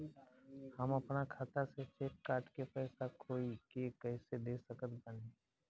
हम अपना खाता से चेक काट के पैसा कोई के कैसे दे सकत बानी?